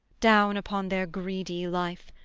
down upon their greedy life,